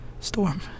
Storm